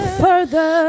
further